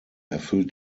erfüllt